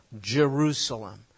Jerusalem